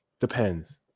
depends